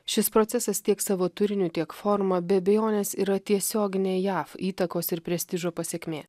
šis procesas tiek savo turiniu tiek forma be abejonės yra tiesioginė jav įtakos ir prestižo pasekmė